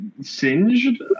singed